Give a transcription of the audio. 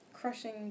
crushing